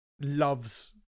loves